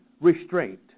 restraint